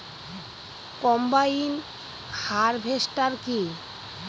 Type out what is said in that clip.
Combine harvester কি?